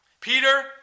Peter